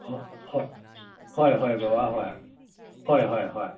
ꯍꯣ ꯍꯣ ꯍꯣꯏ ꯍꯣꯏ ꯕꯕꯥ ꯍꯣꯏ ꯍꯣꯏ ꯍꯣꯏ ꯍꯣꯏ